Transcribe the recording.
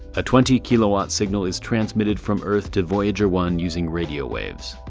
a twenty kilowatt signal is transmitted from earth to voyager one using radio waves.